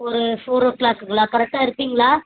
ஒரு ஃபோரோ க்ளாக்குங்களா கரெக்டாக இருப்பீங்களா